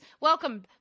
Welcome